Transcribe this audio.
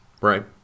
Right